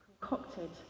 concocted